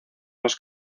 los